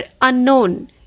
unknown